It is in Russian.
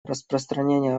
распространение